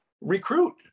recruit